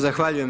Zahvaljujem.